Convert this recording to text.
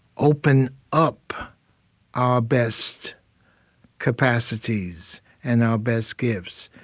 open up our best capacities and our best gifts?